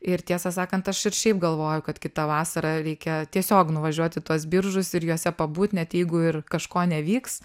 ir tiesą sakant aš ir šiaip galvoju kad kitą vasarą reikia tiesiog nuvažiuoti į tuos biržus ir juose pabūt net jeigu ir kažko nevyks